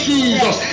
Jesus